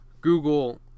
Google